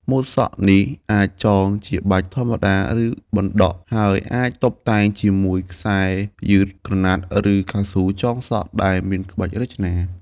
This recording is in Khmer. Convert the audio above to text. ម៉ូតសក់នេះអាចចងជាបាច់ធម្មតា ឬបណ្ដក់ ហើយអាចតុបតែងជាមួយខ្សែយឺត ក្រណាត់ ឬកៅស៊ូចងសក់ដែលមានក្បាច់រចនា។